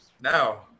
Now